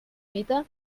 mite